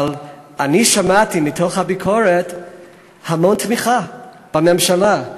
אבל אני שמעתי מתוך הביקורת המון תמיכה בממשלה,